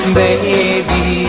baby